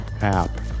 app